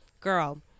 girl